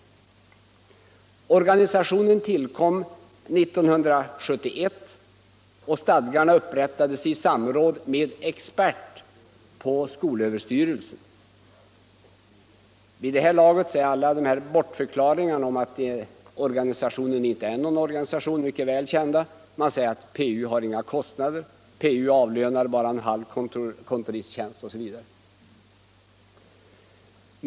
Organisationen kom till 1971. Stadgarna upprättades i samråd med expertis på skolöverstyrelsen. Vid det här laget är alla de här bortförklaringarna om att organisationen inte är någon organisation mycket väl kända. Man säger: PU har inga kostnader, PU avlönar bara en halv kontoristtjänst osv.